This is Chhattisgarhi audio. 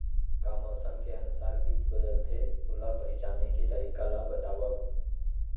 का मौसम के अनुसार किट बदलथे, ओला पहिचाने के तरीका ला बतावव?